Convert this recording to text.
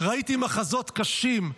ראיתי מחזות קשים,